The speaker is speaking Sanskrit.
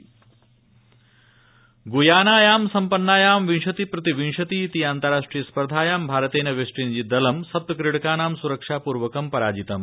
क्रिकेट् गुयानायां सम्पन्नायाम् विंशतिः प्रति विंशति इति अन्ताराष्ट्रिय स्पर्धायां भारतेन वेस्टइण्डीजदलं सप्त क्रीडकाणां सुरक्षापूर्वकं पराजितम्